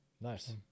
nice